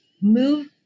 move